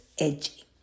edgy